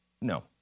No